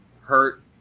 Hurt